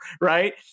right